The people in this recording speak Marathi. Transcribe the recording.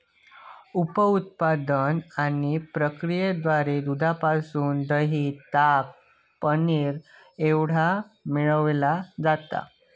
उप उत्पादन आणि प्रक्रियेद्वारा दुधापासून दह्य, ताक, पनीर एवढा मिळविला जाता